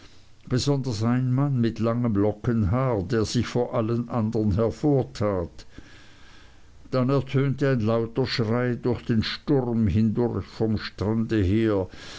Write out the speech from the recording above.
besonders ein mann mit langem lockenhaar der sich vor allen hervortat dann ertönte ein lauter schrei durch den sturm hindurch vom strande her